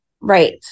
Right